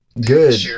Good